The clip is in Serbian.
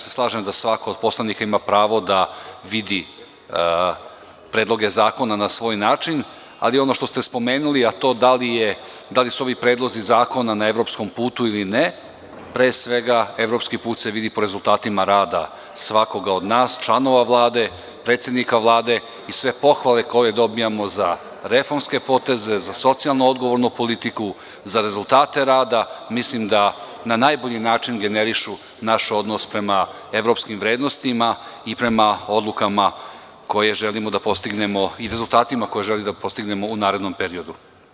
Slažem se da svako od poslanika ima pravo da vidi predloge zakona na svoj način, ali ono što ste spomenuli da li su ovi predlozi zakona na evropskom putu ili ne, pre svega, evropski put se vidi prema rezultatima rada svakoga od nas, članova Vlade, predsednika Vlade i sve pohvale koje dobijamo za reformske poteze, za socijalno odgovornu politiku, za rezultate rada, mislim da na najbolji način generišu naš odnos prema evropskim vrednostima i prema odlukama i rezultatima koje želimo da postignemo u narednom periodu.